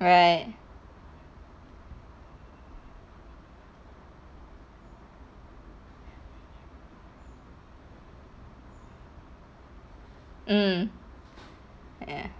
right mm ya